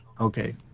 Okay